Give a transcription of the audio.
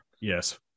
yes